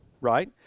right